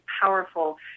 powerful